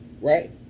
Right